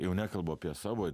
jau nekalbu apie savo